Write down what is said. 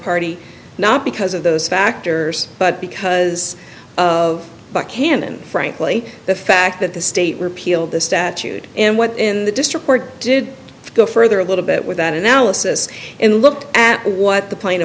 party not because of those factors but because of buckhannon frankly the fact that the state repealed the statute and what in the district court did go further a little bit with that analysis and looked at what the pla